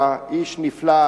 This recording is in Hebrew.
איש נפלא,